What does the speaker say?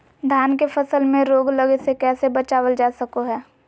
धान के फसल में रोग लगे से कैसे बचाबल जा सको हय?